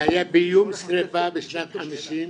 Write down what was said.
זה היה בִּיוּם שריפה בשנת 50'